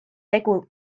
tegu